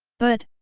but,